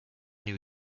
new